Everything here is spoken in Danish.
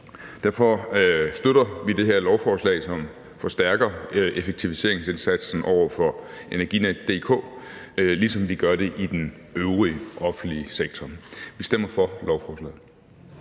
Derfor støtter vi det her lovforslag, som forstærker effektiviseringsindsatsen over for Energinet, ligesom vi gør det i den øvrige offentlige sektor. Vi stemmer for lovforslaget.